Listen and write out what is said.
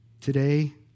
Today